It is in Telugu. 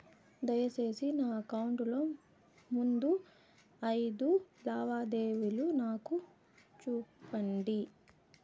దయసేసి నా అకౌంట్ లో ముందు అయిదు లావాదేవీలు నాకు చూపండి